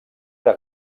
era